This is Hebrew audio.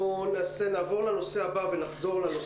נעבור לנושא הבא ונחזור אח"כ לנושא.